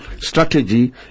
strategy